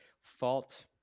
fault